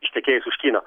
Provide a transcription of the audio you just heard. ištekėjus už kino